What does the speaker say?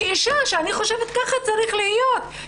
כאישה שאני חושבת ככה צריך להיות,